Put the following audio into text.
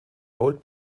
old